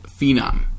phenom